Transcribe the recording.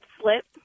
slip